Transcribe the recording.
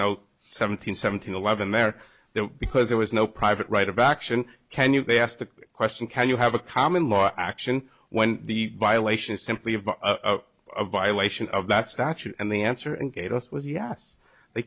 no seven hundred seventeen eleven there there because there was no private right of action can you be asked the question can you have a common law action when the violation is simply of a violation of that statute and the answer and gave us was yes they